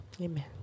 Amen